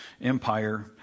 Empire